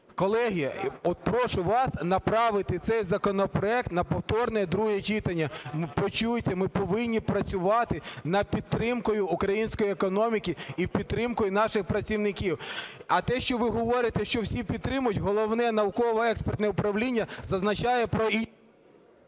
Колеги, от прошу вас направити цей законопроект на повторне друге читання. Почуйте, ми повинні працювати над підтримкою української економіки і підтримкою наших працівників. А те, що ви говорите, що всі підтримують, Головне науково-експертне управління зазначає про…